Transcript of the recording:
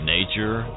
Nature